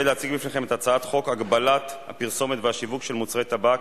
אדוני השר, בשעה כל כך מאוחרת, מוקדמת מאוד בבוקר.